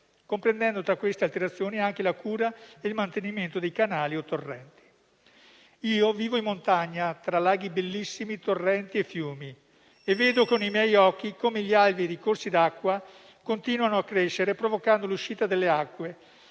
comprendendo tra queste alterazioni anche la cura e il mantenimento dei canali o dei torrenti. Io vivo in montagna, tra laghi bellissimi, torrenti e fiumi e vedo con i miei occhi come gli alberi nei corsi d'acqua continuino a crescere, provocando l'uscita delle acque,